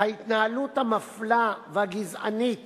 ההתנהלות המפלה והגזענית